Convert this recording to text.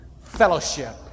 Fellowship